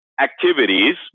activities